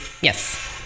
Yes